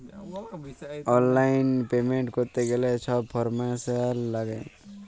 অললাইল পেমেল্ট ক্যরতে গ্যালে ছব ইলফরম্যাসল ল্যাগে